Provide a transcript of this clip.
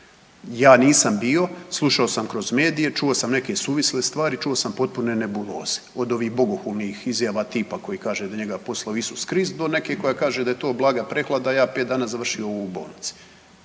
Ja nisam bio, slušao sam kroz medije, čuo sam neke suvisle stvari, čuo sam potpune nebuloze od ovih bogohulnih izjava tipa koji kaže da je njega poslao Isus Krist, do neke koja kaže da je to blaga prehlada, a ja 5 dana završio u bolnici.